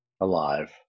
alive